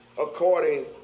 according